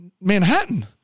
Manhattan